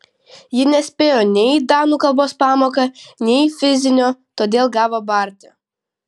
ji nespėjo nei į danų kalbos pamoką nei į fizinio todėl gavo barti